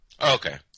Okay